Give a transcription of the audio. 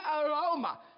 aroma